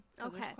Okay